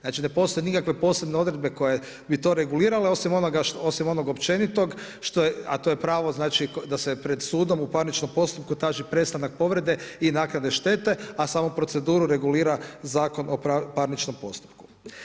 Znači, ne postoje nikakve posebne odredbe koje bi to regulirale osim onog općenitog a to je pravo da se pred sudom u parničnom postupku traži prestanak povrede i naknade štete a samu proceduru regulira Zakonom o parničnom postupku.